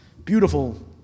Beautiful